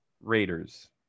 Raiders